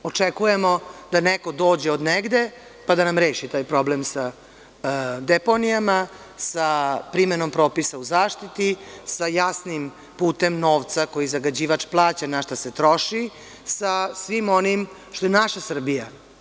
Očekujemo da neko dođe od negde, pa da nam reši taj problem sa deponijama, sa primenom propisa u zaštiti, sa jasnim putem novca koji zagađivač plaća, na šta se troši, sa svim onim što je naša Srbija.